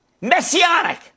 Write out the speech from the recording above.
Messianic